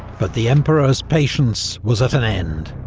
but the emperor's patience was at an end.